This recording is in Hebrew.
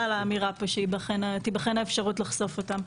על האמירה פה שתיבחן האפשרות לחשוף אותם.